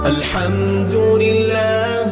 Alhamdulillah